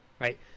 right